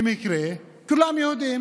במקרה, כולם יהודים